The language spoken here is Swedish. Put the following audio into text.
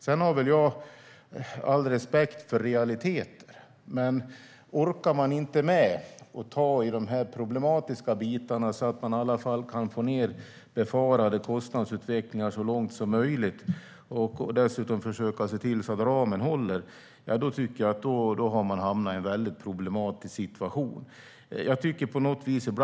Jag har all respekt för realiteter. Om man inte orkar med att ta i de problematiska bitarna så att man i alla fall kan få bukt med befarade kostnadsutvecklingar så långt som möjligt och dessutom försöker se till att ramen hålls tycker jag att man har hamnat i en problematisk situation.